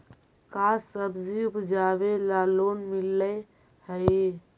का सब्जी उपजाबेला लोन मिलै हई?